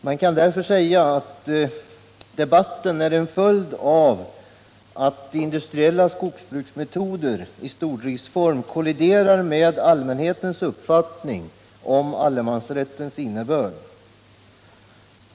Man kan därför säga att debatten är en följd av att industriella — rätten skogsbruksmetoder i stordriftsform kolliderar med allmänhetens uppfattning om allemansrättens innebörd.